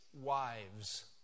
wives